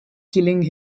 killing